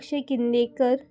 Akshay Kinnekar